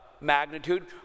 magnitude